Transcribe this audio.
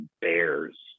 bears